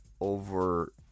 over